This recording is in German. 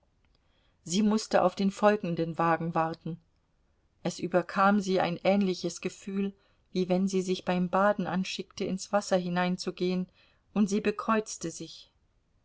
sie mußte auf den folgenden wagen warten es überkam sie ein ähnliches gefühl wie wenn sie sich beim baden anschickte ins wasser hineinzugehen und sie bekreuzte sich